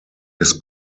his